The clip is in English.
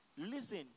Listen